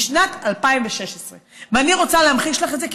משנת 2016. ואני רוצה להמחיש לך את זה,